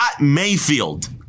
Mayfield